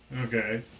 Okay